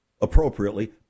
appropriately